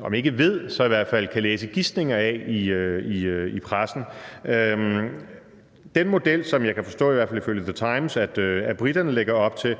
om ikke ved, så i hvert fald kan læse gisninger om i pressen. Den model, som jeg kan forstå, i hvert fald ifølge The Times, briterne lægger op til,